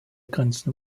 grenzen